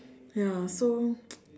ya so